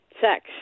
sex